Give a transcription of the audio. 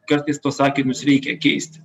kartais tuos akinius reikia keisti